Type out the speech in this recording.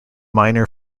minor